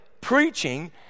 preaching